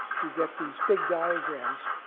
you get these big diagrams.